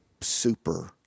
super